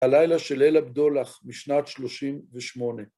הלילה של ליל הדולח בשנת שלושים ושמונה.